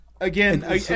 Again